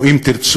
או אם תרצו,